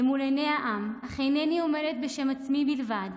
למול עיני העם, אך אינני עומדת בשם עצמי בלבד.